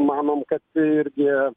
manom kad irgi